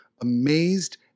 amazed